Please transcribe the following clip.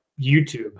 YouTube